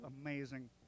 amazing